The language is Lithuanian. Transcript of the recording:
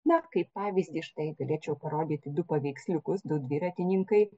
vat kaip pavyzdį štai galėčiau parodyti du paveiksliukus du dviratininkai